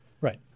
Right